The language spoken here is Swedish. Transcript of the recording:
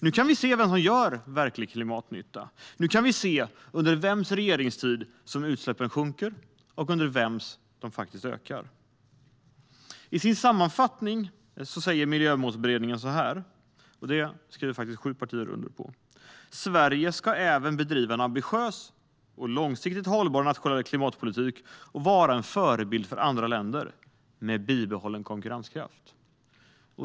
Nu kan vi se vem som gör verklig klimatnytta. Nu kan vi se under vems regeringstid utsläppen sjunker och under vems de faktiskt ökar. I sin sammanfattning skriver Miljömålsberedningen - och det skrev sju partier under på: "Sverige ska även bedriva en ambitiös och långsiktigt hållbar nationell klimatpolitik och vara en förebild för andra länder, med bibehållen konkurrenskraft".